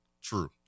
True